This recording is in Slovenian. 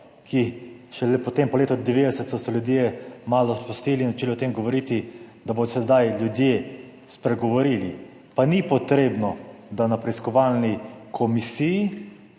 se šele potem po letu 1990 ljudje malo sprostili in začeli o tem govoriti, da bodo zdaj ljudje spregovorili, pa ni treba na preiskovalni komisiji,